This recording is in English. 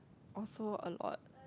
also a lot